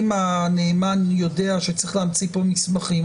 אם הנאמן יודע שצריך להמציא פה מסמכים,